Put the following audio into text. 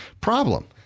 Problem